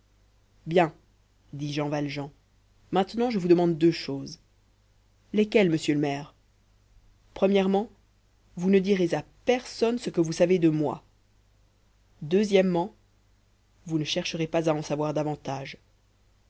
bien dit jean valjean maintenant je vous demande deux choses lesquelles monsieur le maire premièrement vous ne direz à personne ce que vous savez de moi deuxièmement vous ne chercherez pas à en savoir davantage